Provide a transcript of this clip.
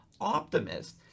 optimist